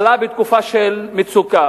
עלה בתקופה של מצוקה.